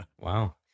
Wow